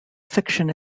fiction